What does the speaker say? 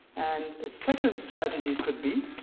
and a second strategy could be,